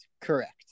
Correct